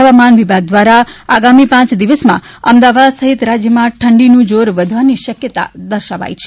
હવામાન વિભાગ દ્વારા આગામી પાંચ દિવસમાં અમદાવાદ સહિત રાજ્યમાં ઠંડીનું જોર વધવાની શક્યતા દર્શાવી છે